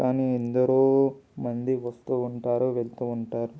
కానీ ఎందరో మంది వస్తూ ఉంటారు వెళుతూ ఉంటారు